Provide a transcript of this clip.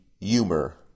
humor